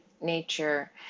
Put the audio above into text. nature